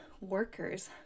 workers